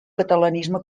catalanisme